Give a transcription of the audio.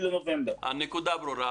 הנקודה ברורה.